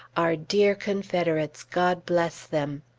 our dear confederates, god bless them.